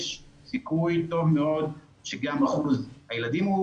יש סיכוי טוב מאוד שגם אחוז הילדים בסיכון הוא